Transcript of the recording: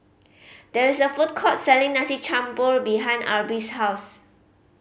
there is a food court selling Nasi Campur behind Arbie's house